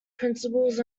principles